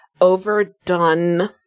overdone